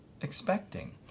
expecting